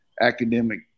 academic